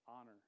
Honor